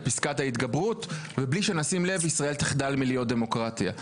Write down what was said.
את פסקת ההתגברות ובלי שנשים לב ישראל תחדל להיות דמוקרטיה.